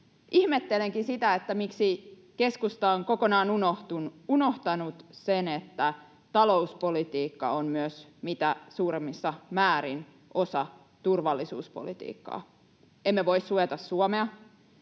Ihmettelenkin sitä, miksi keskusta on kokonaan unohtanut sen, että talouspolitiikka on myös mitä suurimmassa määrin osa turvallisuuspolitiikkaa. Emme voi suojata Suomea